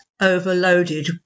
overloaded